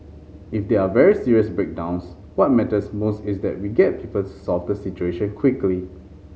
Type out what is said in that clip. if there are very serious breakdowns what matters most is that we get people to solve the situation quickly